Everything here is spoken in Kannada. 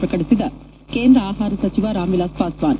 ಪ್ರಕಟಿಸಿದ ಕೇಂದ್ರ ಆಹಾರ ಸಚಿವ ರಾಮ್ ವಿಲಾಸ್ ಪಾಸ್ತಾನ್